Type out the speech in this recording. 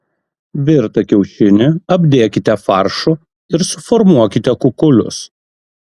virtą kiaušinį apdėkite faršu ir suformuokite kukulius